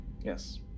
Yes